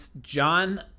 John